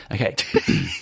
Okay